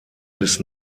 bis